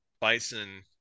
bison